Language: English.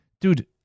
Dude